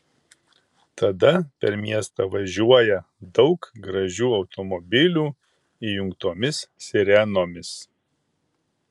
tada per miestą važiuoja daug gražių automobilių įjungtomis sirenomis